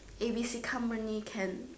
A B C company can